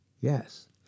Yes